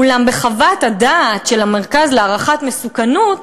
אולם בחוות הדעת של המרכז להערכת מסוכנות